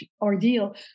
ordeal